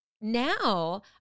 now